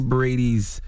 Brady's